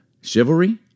Chivalry